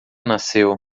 nasceu